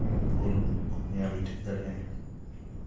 ᱵᱷᱩᱞ ᱠᱚ ᱧᱮᱞ ᱴᱷᱤᱠ ᱫᱟᱲᱮᱭᱟᱜᱼᱟᱭ